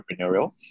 entrepreneurial